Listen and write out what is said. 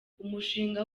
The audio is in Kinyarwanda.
umushinga